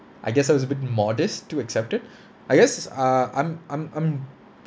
I guess I was a bit modest to accept it I guess is uh I'm I'm I'm